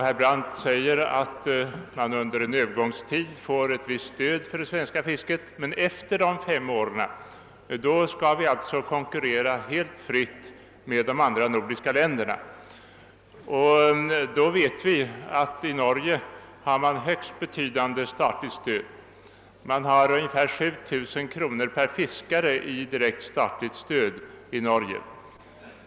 Herr Brandt säger att man under en viss övergångstid får ett visst stöd för det svenska fisket. Men efter de fem åren skall vi alltså konkurrera helt fritt med de andra nordiska länderna. I Norge har man ungefär 7000 kronor per fiskare i direkt statligt stöd.